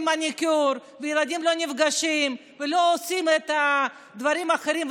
מניקור וילדים לא נפגשים ולא עושים את הדברים האחרים,